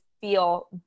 feel